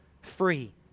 free